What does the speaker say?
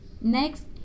next